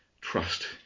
trust